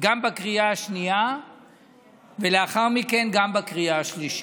גם בקריאה השנייה ולאחר מכן גם בקריאה השלישית.